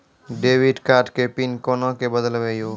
Debit card के PIN कोना के बदलबै यो?